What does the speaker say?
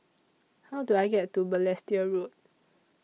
How Do I get to Balestier Road